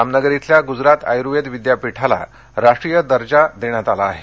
जामनगर इथल्या गुजरात आयूर्वेद विद्यापीठाला राष्ट्रीय दर्जा देण्यात आला आहे